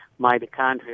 Mitochondria